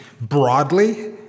broadly